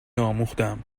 آموختهام